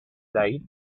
day